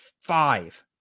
five